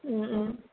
ഉം ഉം